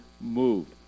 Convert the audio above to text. moved